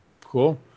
Cool